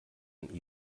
ein